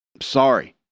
sorry